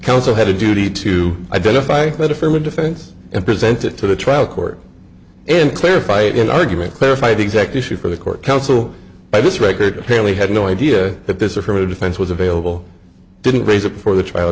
counsel had a duty to identify a letter from a defense and present it to the trial court and clarify it in argument clarify the exact issue for the court counsel by this record apparently had no idea that this affirmative defense was available didn't raise it for the trial